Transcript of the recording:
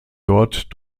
dort